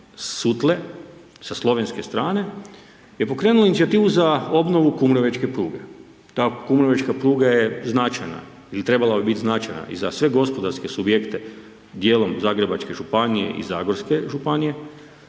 Sutle, sa Slovenske strane je pokrenulo inicijativu za obnovu Kumrovečke pruge. Kumrovečka pruga je značajna ili trebala bi biti značajna i za sve gospodarske subjekte, dijelom Zagrebačke županije i Zagorske županije.